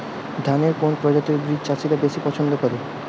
ধানের কোন প্রজাতির বীজ চাষীরা বেশি পচ্ছন্দ করে?